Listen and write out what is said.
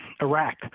Iraq